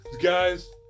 Guys